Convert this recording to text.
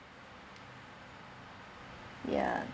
ya